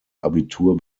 abitur